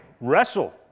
Wrestle